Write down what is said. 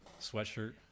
sweatshirt